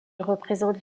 représente